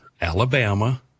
Alabama